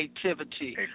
creativity